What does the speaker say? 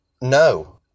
No